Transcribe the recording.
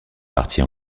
partie